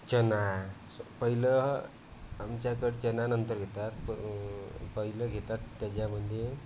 चणा पहिलं आमच्याकड चण्यानंतर घेतात प पहिलं घेतात त्याच्यामध्ये